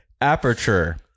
Aperture